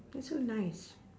that's so nice